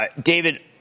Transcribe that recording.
David